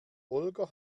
holger